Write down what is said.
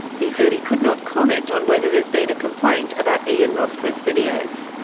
he said he could not comment on whether there's been a complaint about ian rossborough's videos.